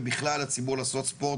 ובכלל הציבור לעשות ספורט,